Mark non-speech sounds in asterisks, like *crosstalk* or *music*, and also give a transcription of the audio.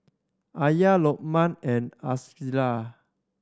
Alya Lokman and *unintelligible*